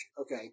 Okay